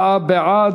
34 בעד,